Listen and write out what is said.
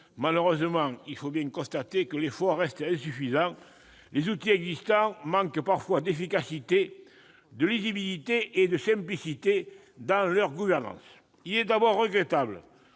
Malheureusement, il faut bien constater que l'effort reste insuffisant. Les outils existants manquent parfois d'efficacité, de lisibilité et de simplicité dans leur gouvernance. Il est d'abord regrettable